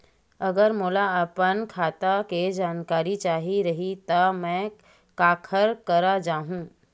अगर मोला अपन खाता के जानकारी चाही रहि त मैं काखर करा जाहु?